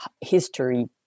history